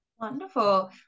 Wonderful